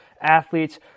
athletes